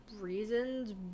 reasons